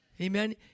Amen